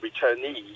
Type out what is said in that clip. returnees